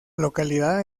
localidad